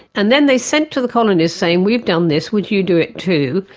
and then they sent to the colonies saying, we've done this, would you do it too?